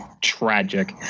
tragic